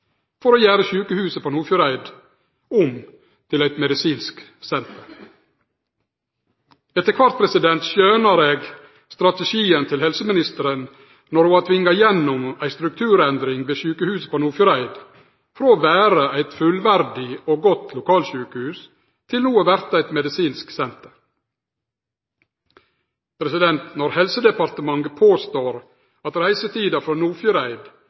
for å gjere sjukehuset på Nordfjordeid om til eit medisinsk senter. Etter kvart skjønar eg strategien til helseministeren, når ho har tvinga gjennom ei strukturendring ved sjukehuset på Nordfjordeid, frå å vere eit fullverdig og godt lokalsjukehus til no å verte eit medisinsk senter. Når Helsedepartementet påstår at reisetida